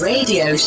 Radio